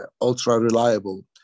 ultra-reliable